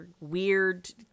weird